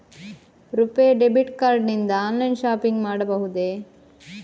RuPay debit card ನಿಂದ online shopping ಮಾಡಬಹುದೇ?